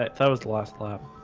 that that was the last clap